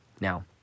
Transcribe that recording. Now